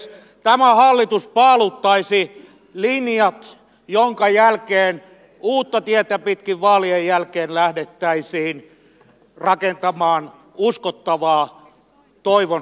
tämä hallitus paaluttaisi linjat jonka jälkeen uutta tietä pitkin vaalien jälkeen lähdettäisiin rakentamaan uskottavaa toivon suomea